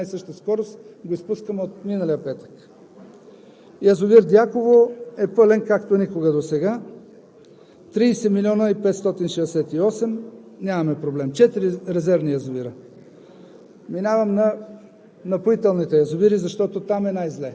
така че няма проблем. Виждате, никъде не прелива реката, а с една и съща скорост го изпускаме от миналия петък. Язовир „Дяково“ е пълен, както никога досега – 30 000 568, нямаме проблем, четири резервни язовира.